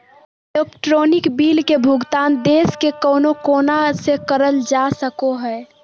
electronic bill के भुगतान देश के कउनो कोना से करल जा सको हय